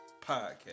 podcast